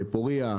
בפוריה,